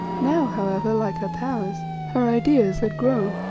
now, however, like her powers, her ideas had grown,